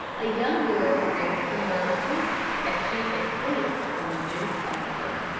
a young girl read some verses that she had clipped from a newspaper